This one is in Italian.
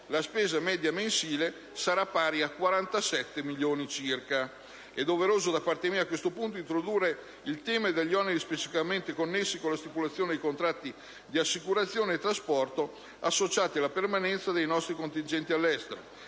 la spesa media mensile sarà pari a 47 milioni circa. È doveroso da parte mia, a questo punto, introdurre il tema degli oneri specificamente connessi con la stipulazione dei contratti di assicurazione e trasporto associati alla permanenza dei nostri contingenti all'estero.